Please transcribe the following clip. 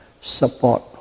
support